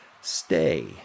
stay